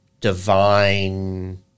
divine